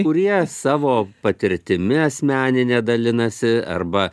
kurie savo patirtimi asmenine dalinasi arba